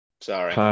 sorry